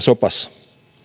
sopassa